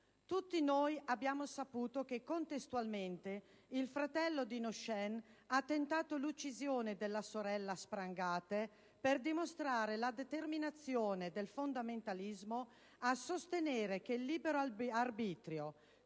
Tutti noi abbiamo saputo che contestualmente il fratello di Nosheen ha tentato l'uccisione della sorella a sprangate per dimostrare la determinazione del fondamentalismo a sostenere che il libero arbitrio,